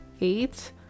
eight